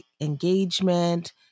engagement